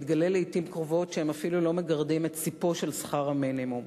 מתגלה לעתים קרובות שהם אפילו לא מגרדים את ספו של שכר המינימום.